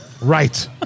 Right